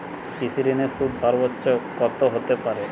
কৃষিঋণের সুদ সর্বোচ্চ কত হতে পারে?